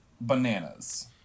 bananas